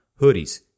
Hoodies